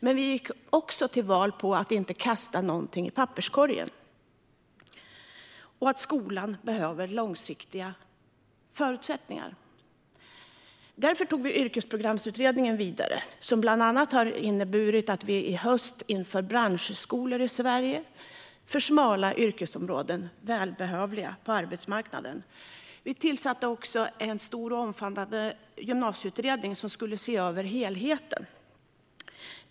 Men vi gick också till val på att inte kasta något i papperskorgen. Skolan behöver långsiktiga förutsättningar. Därför tog vi Yrkesprogramsutredningen vidare, vilket bland annat har resulterat i att vi i höst inrättar branschskolor i Sverige för smala yrkesområden som behövs på arbetsmarknaden. Vi tillsatte också en stor och omfattande gymnasieutredning som skulle se över helheten.